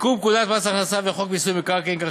תיקון פקודת מס הכנסה וחוק מיסוי מקרקעין כך